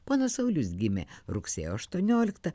ponas saulius gimė rugsėjo aštuonioliktą